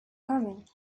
coming